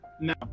No